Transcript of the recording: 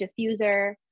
diffuser